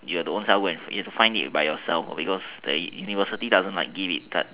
you have to ownself go and you have to find it by yourself because the university doesn't like give it but